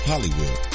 Hollywood